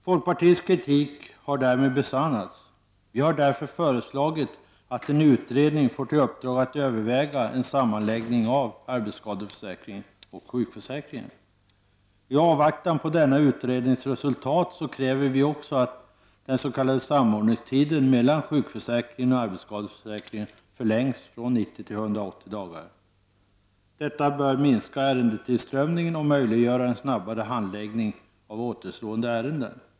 Folkpartiets kritik har därmed besannats. Vi har därför föreslagit att en utredning får till uppdrag att överväga en sammanläggning av arbetsskadeförsäkringen och sjukförsäkringen. I avvaktan på denna utrednings resultat kräver vi också att den s.k. samordningstiden när det gäller sjukförsäkringen och arbetsskadeförsäkringen förlängs från 90 dagar till 180 dagar. Detta bör minska ärendetillströmningen och möjliggöra en snabbare handläggning av återstående ärenden.